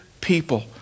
people